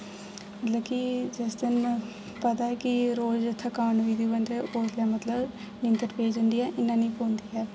मतलब कि जिस दिन पता ऐ कि रोज थकान होई दी बंदे ओस दिन मतलब नींदर पेई जंदी ऐ इयां नेईं पौंदी ऐ